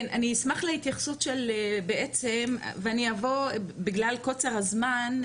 אני אשמח להתייחסות שלך ובגלל קוצר הזמן,